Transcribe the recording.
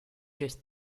just